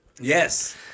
Yes